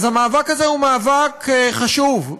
אז המאבק הזה הוא מאבק חשוב,